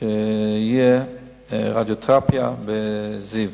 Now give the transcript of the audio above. שתהיה רדיותרפיה ב"זיו".